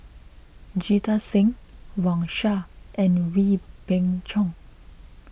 Jita Singh Wang Sha and Wee Beng Chong